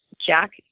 Jack